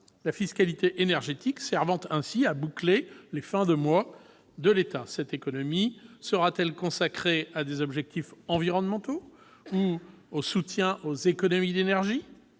la fiscalité énergétique servant ainsi à boucler les fins de mois de l'État. Cette économie sera-t-elle consacrée à des objectifs environnementaux ou viendra-t-elle en soutien aux économies d'énergie ?